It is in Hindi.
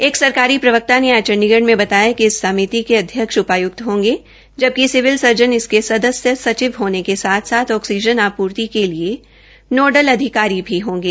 एक सरकारी प्रवक्ता ने आज चंडीगढ़ में बताया कि इस समिति के अध्यक्ष उपायुक्त होंगे जबकि सिविल सर्जन इसके सदस्य सचिव होने के साथ साथ ऑक्सीजन आपूर्ति के लिए नोडल अधिकारी भी होंगे